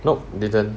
nope didn't